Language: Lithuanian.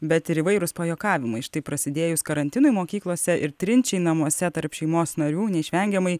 bet ir įvairūs pajuokavimai štai prasidėjus karantinui mokyklose ir trinčiai namuose tarp šeimos narių neišvengiamai